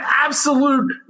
absolute